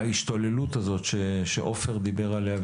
ההשתוללות הזאת שעופר דיבר עליה,